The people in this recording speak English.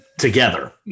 together